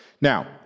Now